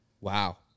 Wow